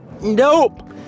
Nope